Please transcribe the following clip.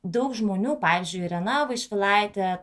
daug žmonių pavyzdžiui irena vaišvilaitė